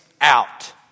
out